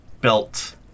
built